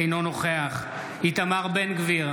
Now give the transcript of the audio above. אינו נוכח איתמר בן גביר,